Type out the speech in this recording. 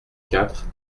quatre